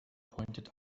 pointed